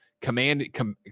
command